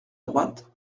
droite